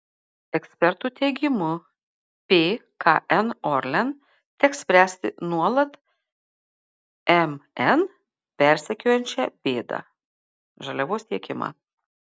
ekspertų teigimu pkn orlen teks spręsti nuolat mn persekiojančią bėdą žaliavos tiekimą